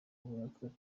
uburakari